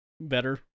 better